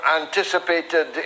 anticipated